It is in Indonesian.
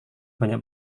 banyak